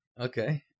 Okay